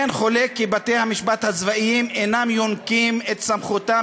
אין חולק כי בתי-המשפט הצבאיים אינם יונקים את סמכותם